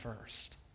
first